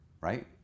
right